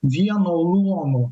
vieno luomo